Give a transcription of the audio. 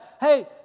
hey